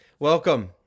Welcome